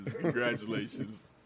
Congratulations